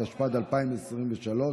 התשפ"ד 2023,